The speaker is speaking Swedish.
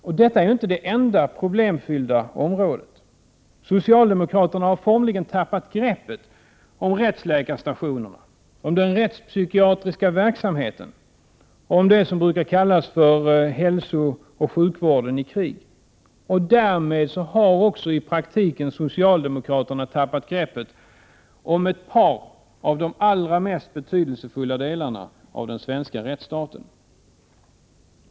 Och detta är ju inte det enda problemfyllda området. Socialdemokraterna har formligen tappat greppet om rättsläkarstationerna, om den rättspsykiatriska verksamheten och om det som brukar kallas för hälsooch sjukvården i krig. Därmed har också i praktiken socialdemokraterna tappat greppet om ett par av de mest betydelsefulla delarna av den svenska rättsstaten.